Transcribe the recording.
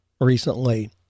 recently